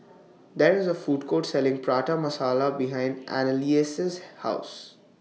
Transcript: There IS A Food Court Selling Prata Masala behind Anneliese's House